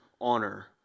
honor